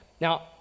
Now